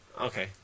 Okay